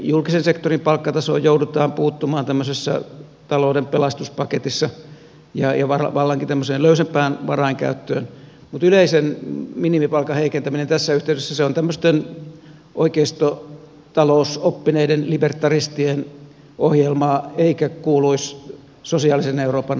julkisen sektorin palkkatasoon joudutaan puuttumaan tämmöisessä talouden pelastuspaketissa ja vallankin tämmöiseen löysempään varainkäyttöön mutta yleisen minimipalkan heikentäminen tässä yhteydessä on tämmöisten oikeistotalousoppineiden liberalistien ohjelmaa eikä kuuluisi sosiaalisen euroopan asialistalle